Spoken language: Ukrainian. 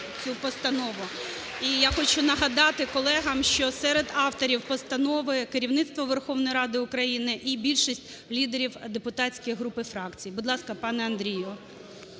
І я хочу нагадати колегам, що серед авторів постанови – керівництво Верховної Ради України і більшість лідерів депутатських груп і фракцій. Будь ласка, пане Андрію.